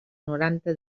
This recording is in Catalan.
noranta